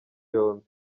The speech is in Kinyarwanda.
yombi